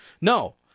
No